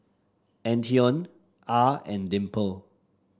Antione Ah and Dimple